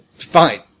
Fine